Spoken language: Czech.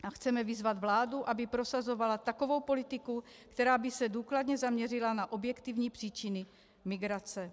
A chceme vyzvat vládu, aby prosazovala takovou politiku, která by se důkladně zaměřila na objektivní příčiny migrace.